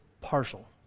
partial